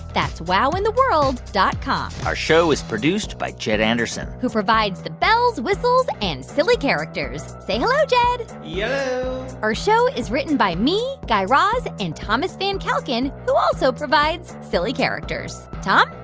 that's wowintheworld dot com our show is produced by jed anderson who provides the bells, whistles and silly characters. say hello, jed yello yeah our show is written by me, guy raz and thomas van kalken, who also provides silly characters. tom?